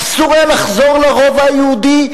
אסור היה לחזור לרובע היהודי,